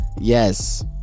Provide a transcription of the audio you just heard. yes